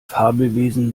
fabelwesen